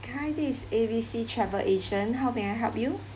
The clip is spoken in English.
hi this is A B C travel agent how may I help you